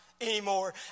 anymore